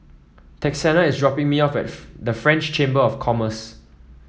Texanna is dropping me off at the French Chamber of Commerce